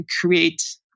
create